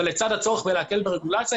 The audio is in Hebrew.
אבל לצורך להקל על הרגולציה,